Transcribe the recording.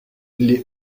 les